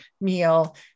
meal